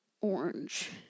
orange